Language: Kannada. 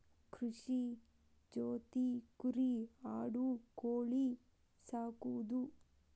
ಕೃಷಿ ಜೊತಿ ಕುರಿ ಆಡು ಕೋಳಿ ಸಾಕುದು